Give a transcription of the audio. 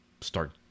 start